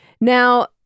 Now